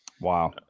Wow